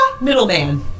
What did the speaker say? Middleman